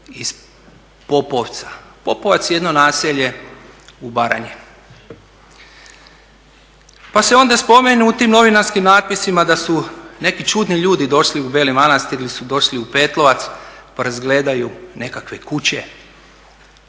iz Popovac. Popovac je jedno naselje u Baranji. Pa se onda spomenu u tim novinarskim natpisima da su neki čudni ljudi došli u Beli Manastir, ili su došli u Petlovac pa razgledaju nekakve kuće.